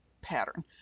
pattern